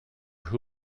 who